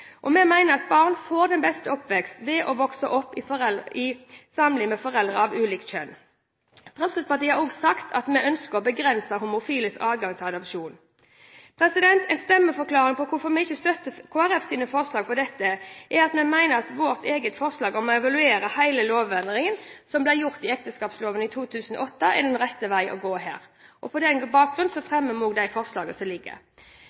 Vi mener at barn får den beste oppvekst ved å vokse opp i samliv med foreldre av ulikt kjønn. Fremskrittspartiet har også sagt at vi ønsker å begrense homofiles adgang til adopsjon. En stemmeforklaring på hvorfor vi ikke støtter Kristelig Folkepartis forslag her, er at vi mener vårt eget forslag om å evaluere hele lovendringen som ble gjort i forbindelse med ekteskapsloven i 2008, er den rette vei å gå. På den bakgrunn har vi fremmet det forslaget som